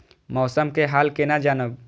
मौसम के हाल केना जानब?